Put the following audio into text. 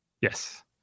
Yes